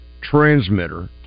transmitter